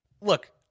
look